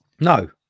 No